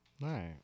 Right